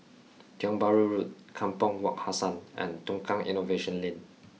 Tiong Bahru Road Kampong Wak Hassan and Tukang Innovation Lane